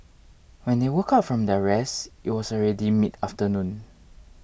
when they woke up from their rest it was already midafternoon